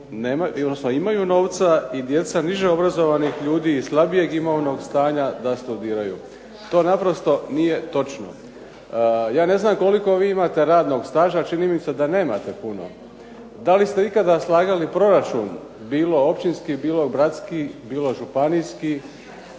imaju novca i djeca niže obrazovanih ljudi i slabije imovnog stanja da studiraju. To naprosto nije točno. Ja ne znam koliko vi imate radnog staža, čini mi se da nemate puno. Da li ste ikada slagali proračun, bilo općinski, bilo gradski, bilo županijski?